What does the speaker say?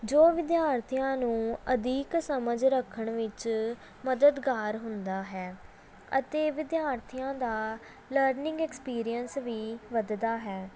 ਜੋ ਵਿਦਿਆਰਥੀਆਂ ਨੂੰ ਅਧਿਕ ਸਮਝ ਰੱਖਣ ਵਿੱਚ ਮੱਦਦਗਾਰ ਹੁੰਦਾ ਹੈ ਅਤੇ ਵਿਦਿਆਰਥੀਆਂ ਦਾ ਲਰਨਿੰਗ ਐਕਸਪੀਰੀਅਸ ਵੀ ਵੱਧਦਾ ਹੈ